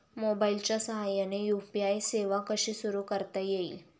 मोबाईलच्या साहाय्याने यू.पी.आय सेवा कशी सुरू करता येईल?